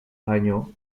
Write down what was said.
año